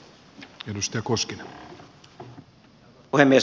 arvoisa puhemies